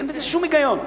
אין בזה שום היגיון.